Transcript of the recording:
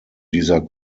dieser